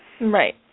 Right